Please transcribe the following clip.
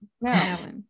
No